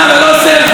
ולא סלפי,